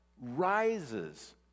rises